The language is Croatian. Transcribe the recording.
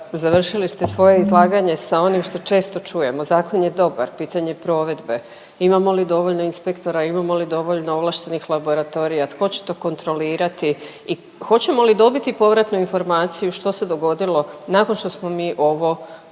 Završili ste svoje izlaganje sa onim što često čujemo. Zakon je dobar, pitanje provedbe, imamo li dovoljno inspektora, imamo li dovoljno ovlaštenih laboratorija, tko će to kontrolirati i hoćemo li dobiti povratnu informaciju što se dogodilo nakon što smo mi ovo usvojili.